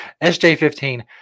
SJ15